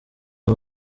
ayo